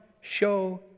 show